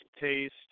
taste